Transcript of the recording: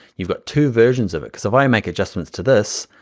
you've got two versions of it. cuz if i make adjustments to this,